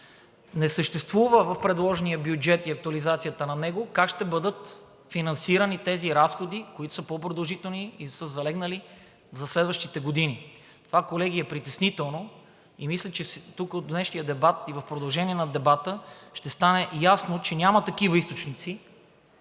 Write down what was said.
Не съществува в предложения бюджет и актуализацията на него как ще бъдат финансирани тези разходи, които са по-продължителни и са залегнали за следващите години. Това, колеги, е притеснително и мисля, че от днешния дебат и в продължение на дебата ще стане ясно, че няма такива източници,